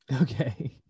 Okay